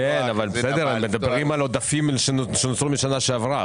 מדברים על עודפים שנוצרו משנה שעברה.